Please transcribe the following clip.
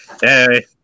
Hey